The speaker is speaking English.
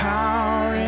power